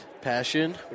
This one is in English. passion